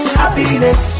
happiness